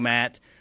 Matt